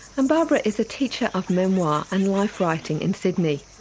and barbara is a teacher of memoir and life writing in sydney.